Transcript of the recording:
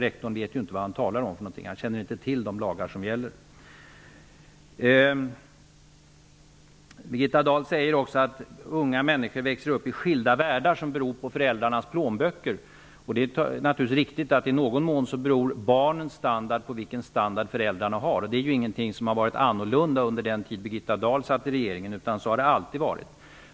Rektorn vet inte vad han talar om. Han känner inte till de lagar som gäller. Birgitta Dahl säger också att unga människor växer upp i skilda världar beroende på föräldrarnas plånböcker. Det är naturligtvis riktigt att i någon mån beror barnens standard på vilken standard föräldrarna har. Det är ingenting som har varit annorlunda under den tid Birgitta Dahl satt i regeringen. Så har det alltid varit.